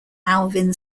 alvin